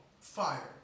fire